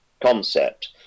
concept